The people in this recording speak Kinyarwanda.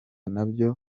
nabyo